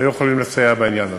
היו יכולים לסייע בעניין הזה.